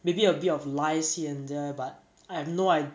maybe a bit of lies here and there but I have no i~